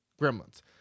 Gremlins